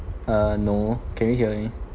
uh no can you hear me